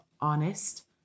honest